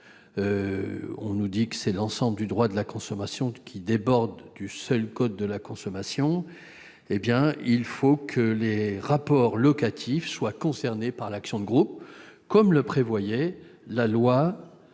On nous dit que l'ensemble du droit de la consommation déborde le seul code de la consommation. Il faut donc que les rapports locatifs soient concernés par l'action de groupe, comme le prévoyait la loi